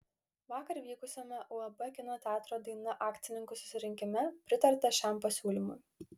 vakar vykusiame uab kino teatro daina akcininkų susirinkime pritarta šiam pasiūlymui